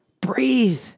Breathe